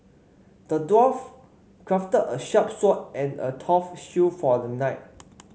the dwarf crafted a sharp sword and a tough shield for the knight